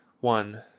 one